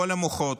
כל המוחות,